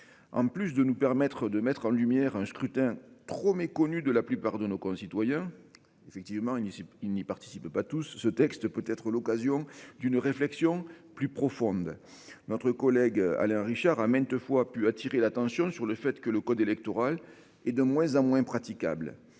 En plus de nous permettre de mettre en lumière un scrutin trop méconnu de la plupart de nos concitoyens. Effectivement il ne, il n'y participent pas tous ce texte peut être l'occasion d'une réflexion plus profonde. Notre collègue Alain Richard a maintes fois pu attirer l'attention sur le fait que le code électoral est de moins en moins praticables